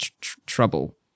trouble